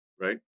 Right